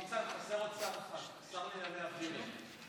ניצן, חסר עוד שר אחד, שר לענייני אוויר אין.